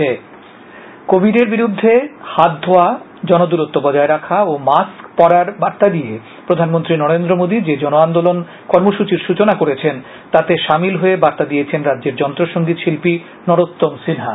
Covid জনআন্দোলন কোভিডের বিরুদ্ধে হাত ধোয়া জনদরত্ব বজায় রাখা ও মাস্ক পডার বার্তা দিয়ে প্রধানমন্ত্রী নরেন্দ্র মোদি যে জন আন্দোলনের কর্মসূচির সূচনা করেছেন তাতে সামিল হয়ে বার্তা দিয়েছেন রাজ্যের যন্ত্রসংগীত শিল্পী নরোত্তম সিনহা